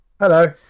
Hello